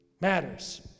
matters